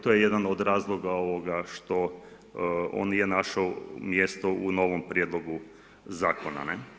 To je jedan od razloga što on nije našao mjesto u novom Prijedloga Zakona.